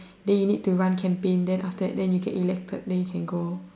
then you need to run campaign then you get elected then you can go